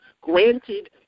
Granted